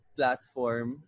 platform